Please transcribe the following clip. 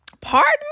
pardon